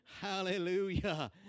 Hallelujah